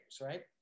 right